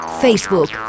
Facebook